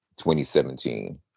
2017